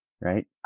right